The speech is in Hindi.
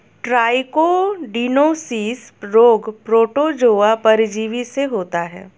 ट्राइकोडिनोसिस रोग प्रोटोजोआ परजीवी से होता है